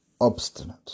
Obstinate